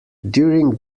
during